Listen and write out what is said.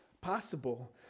possible